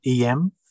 EM